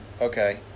Okay